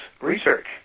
research